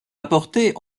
apportées